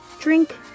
drink